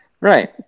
Right